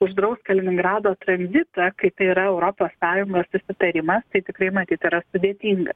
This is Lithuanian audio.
uždraus kaliningrado tranzitą kai tai yra europos sąjungos susitarimas tai tikrai matyt yra sudėtinga